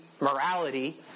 morality